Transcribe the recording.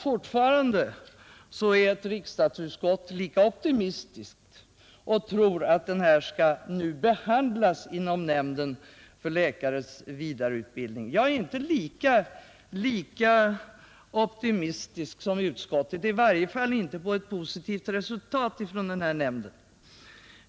Fortfarande är ett riksdagsutskott lika optimistiskt och tror att den här frågan skall behandlas inom nämnden för läkares vidareutbildning. Jag är inte lika optimistisk som utskottet — i varje fall inte om ett positivt resultat från nämnden.